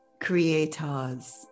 creators